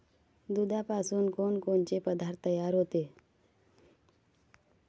दुधापासून कोनकोनचे पदार्थ तयार होते?